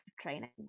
training